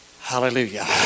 Hallelujah